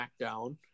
SmackDown